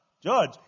judge